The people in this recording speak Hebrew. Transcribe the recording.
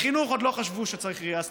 בחינוך עוד לא חשבו שצריך ראייה אסטרטגית.